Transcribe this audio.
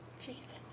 Jesus